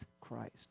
Christ